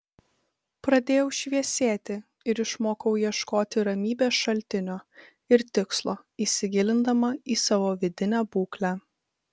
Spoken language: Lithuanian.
pradėjau šviesėti ir išmokau ieškoti ramybės šaltinio ir tikslo įsigilindama į savo vidinę būklę